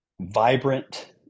vibrant